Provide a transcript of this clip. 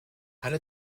alle